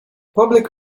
public